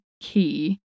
key